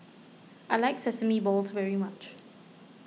I like Sesame Balls very much